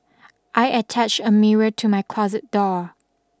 I attached a mirror to my closet door